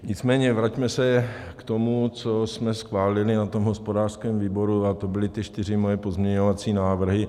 Nicméně vraťme se k tomu, co jsme schválili na hospodářském výboru, a to byly moje čtyři pozměňovací návrhy.